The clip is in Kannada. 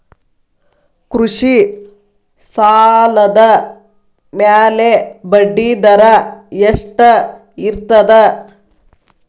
ಕೃಷಿ ಸಾಲದ ಮ್ಯಾಲೆ ಬಡ್ಡಿದರಾ ಎಷ್ಟ ಇರ್ತದ?